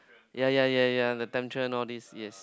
ya ya ya ya the tantrum all these yes